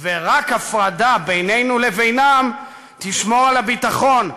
ורק הפרדה בינינו לבינם תשמור על הביטחון,